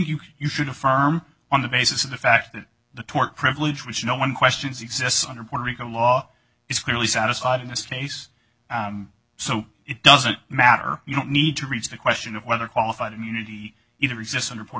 can you should affirm on the basis of the fact that the privilege which no one questions exists under puerto rico law is clearly satisfied in this case so it doesn't matter you don't need to reach the question of whether qualified immunity even exists under puerto